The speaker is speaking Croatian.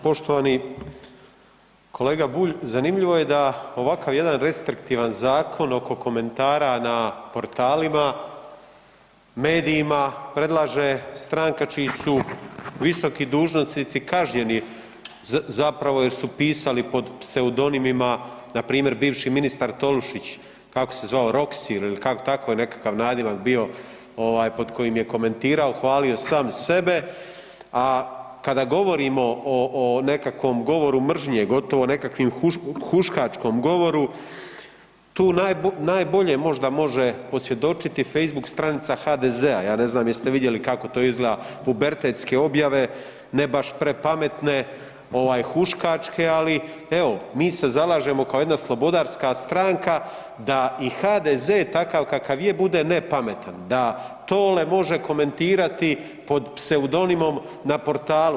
Poštovani kolega Bulj, zanimljivo je da ovakav jedan restriktivan zakon oko komentara na portalima, medijima predlaže stranka čiji su visoki dužnosnici kažnjeni zapravo jer su pisali pod pseudonimima npr. bivši ministar Tolušić kako se zvao Roksi ili kako, tako je nekakav nadimak bio ovaj pod kojim je komentirao, hvalio sam sebe, a kada govorimo o nekakvom govoru mržnje gotovo nekakvim huškačkom govoru tu najbolje možda može posvjedočiti Facebook stranica HDZ-a, ja ne znam jeste vidjeli kako to izgleda, pubertetske objave ne baš prepametne ovaj huškačke, ali evo mi se zalažemo kao jedna slobodarska stranka da i HDZ takav kakav je bude ne pametan, da Tole može komentirati pod pseudonimom na portalu.